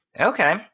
Okay